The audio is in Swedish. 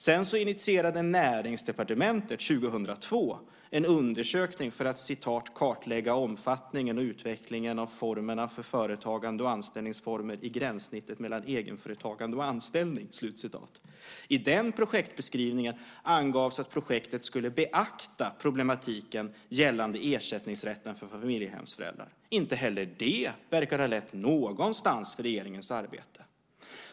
Sedan initierade Näringsdepartementet 2002 en undersökning för att "kartlägga omfattningen och utvecklingen av formerna för företagande och anställningsformer i gränssnittet mellan egenföretagande och anställning". I den projektbeskrivningen angavs att projektet skulle beakta problematiken gällande ersättningsrätten för familjehemsföräldrar. Inte heller det verkar ha lett någonstans för regeringens arbete.